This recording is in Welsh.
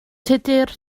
tudur